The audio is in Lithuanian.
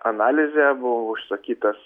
analizę buvo užsakytas